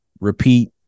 repeat